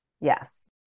yes